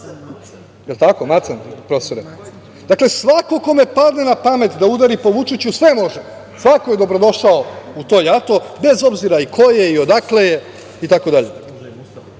jel tako Macan, profesore? Dakle, svakome kome padne na pamet da udari po Vučiću, sve može, svako je dobro došao u to jato, bez obzira i ko je i odakle je itd.